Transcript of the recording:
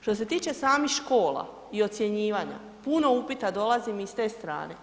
Što se tiče samih škola i ocjenjivanja, puno upita dolazi mi i s te strane.